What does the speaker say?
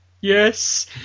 yes